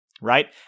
Right